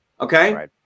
Okay